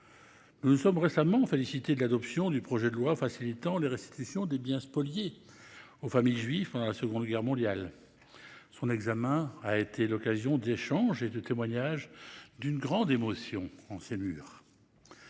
Nous nous sommes récemment félicités de l'adoption du projet de loi facilitant les restitutions des biens spoliés aux familles juives pendant la Seconde Guerre mondiale. Son examen a été l'occasion d'échanges et de témoignages d'une grande émotion en ces murs.